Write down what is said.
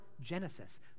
Genesis